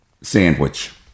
sandwich